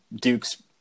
Duke's